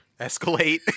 Escalate